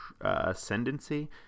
ascendancy